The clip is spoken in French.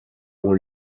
ont